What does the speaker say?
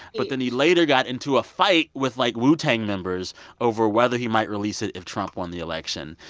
but then he later got into a fight with, like, wu-tang members over whether he might release it if trump won the election.